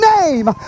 name